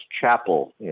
Chapel